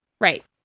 right